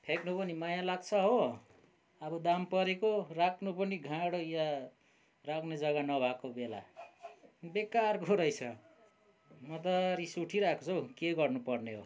फ्याँक्नु पनि माया लाग्छ हो अब दाम परेको हो राख्नु पनि घाँडो यहाँ राख्ने जग्गा नभएको बेला बेकारको रहेछ म त रिस उठिरहेको छ हौ के गर्नुपर्ने हो